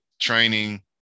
training